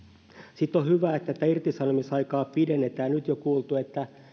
sitten on hyvä että tätä irtisanomisaikaa pidennetään nyt jo on kuultu että